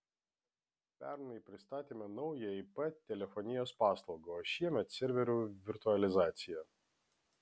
pernai pristatėme naują ip telefonijos paslaugą o šiemet serverių virtualizaciją